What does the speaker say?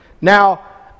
Now